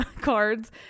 cards